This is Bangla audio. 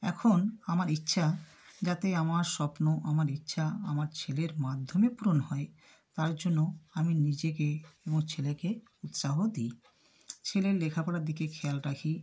এখন আমার ইচ্ছা যাতে আমার স্বপ্ন আমার ইচ্ছা আমার ছেলের মাধ্যমে পূরণ হয় তার জন্য আমি নিজেকে এবং ছেলেকে উৎসাহ দিই ছেলের লেখাপড়ার দিকে খেয়াল রাখি